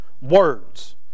words